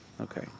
okay